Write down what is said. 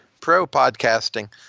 pro-podcasting